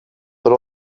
but